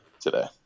today